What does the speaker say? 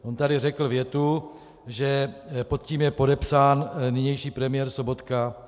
On tady řekl větu, že pod tím je podepsán nynější premiér Sobotka.